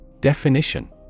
Definition